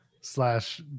slash